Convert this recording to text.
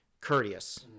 courteous